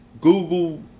Google